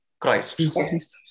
Christ